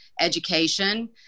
education